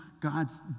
God's